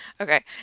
Okay